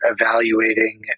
evaluating